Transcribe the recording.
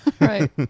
Right